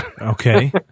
Okay